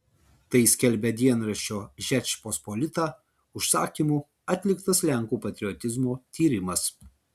tai skelbia dienraščio žečpospolita užsakymu atliktas lenkų patriotizmo tyrimas